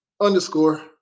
underscore